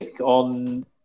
on